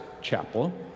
chapel